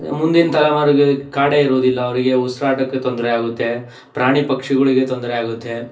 ಮುಂದಿನ ತಲೆಮಾರಿಗೆ ಕಾಡೇ ಇರುವುದಿಲ್ಲ ಅವರಿಗೆ ಉಸಿರಾಟಕ್ಕೆ ತೊಂದರೆ ಆಗುತ್ತೆ ಪ್ರಾಣಿ ಪಕ್ಷಿಗಳಿಗೆ ತೊಂದರೆ ಆಗುತ್ತೆ